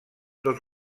dos